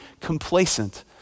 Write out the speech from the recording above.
complacent